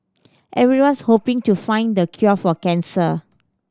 everyone's hoping to find the cure for cancer